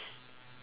~s